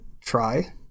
try